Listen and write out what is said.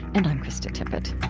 and i'm krista tippett